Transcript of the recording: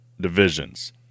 divisions